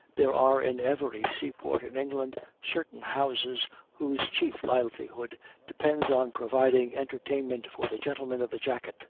there are in every seaport in england certain houses whose chief livelihood depends on providing entertainment for the gentlemen of the jacket